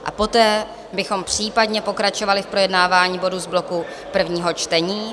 A poté bychom případně pokračovali v projednávání bodů z bloku prvního čtení.